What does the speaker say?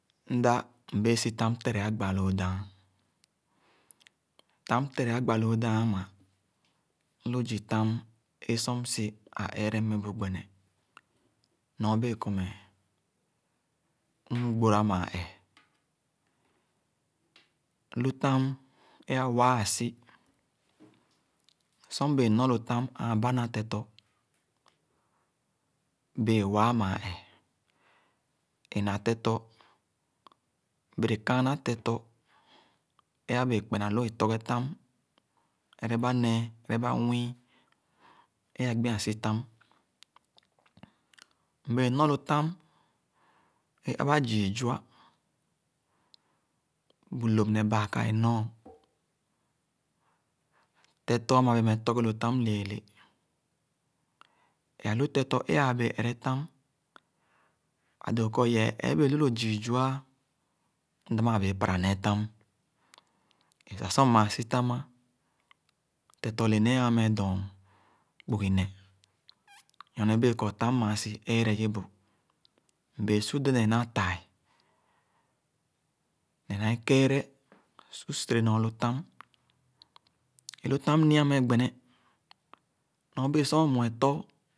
Mda, mbẽẽ sitam tere agbà loo dãen. Tam tere agba loo daen ãmã lu zii tam é süm si, ã-ẽẽre meh bu gbene, nɔr bee kɔrmeh mm-gbóra mãã ẽẽ. Lu tam é awãã asi Sor mbẽẽ nɔr lo tam ããn ba na tetɔ, bẽẽ wãã mãã ẽẽ. Ẽ na tetɔ bere kããna tetɔ é abẽẽ kpena-loo é tɔghe tam ereba nẽẽ, ereba nwii é agbi-ã sitam. Mbẽẽ nɔr lo tam é abã zii zua, bu lóp ne bããka ènɔɔ. Tetɔ ãmã bẽẽ meh tɔghe lo tam lẽẽlẽ. É alu tetɔ é abẽẽ ere tam. Adõõ kɔr yee ẽẽ bẽẽ lu lo zii zua ã, mda màã bẽẽ para nee tam. É sah sor mmaa sitam, tetɔ lè nee ãã meh dɔ̃n kpugi neh nyorne bẽẽ kɔr tam mãã si ẽẽreye bu. Mbẽẽ su dẽdẽn na tai ne na ekeere su sere nɔr lo tam. É lo tam nia meh gbene nɔr bẽẽ sor õ mue tɔ